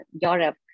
Europe